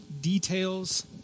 details